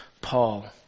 Paul